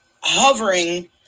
hovering